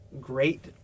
great